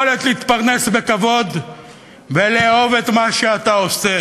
יכולת להתפרנס בכבוד ולאהוב את מה שאתה עושה.